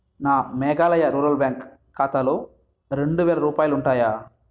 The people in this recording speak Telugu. నా మేఘాలయ రూరల్ బ్యాంక్ ఖాతాలో రెండువేల రూపాయాలుంటాయా